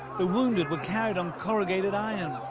the wounded were carried on corrugated iron,